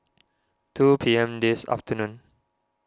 two P M this afternoon